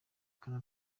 bwana